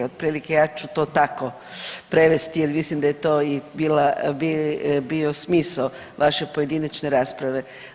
Otprilike ja ću to tako prevesti, jer mislim da je to i bio smisao vaše pojedinačne rasprave.